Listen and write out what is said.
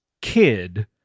kid